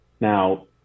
Now